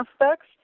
aspects